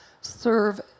serve